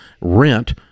rent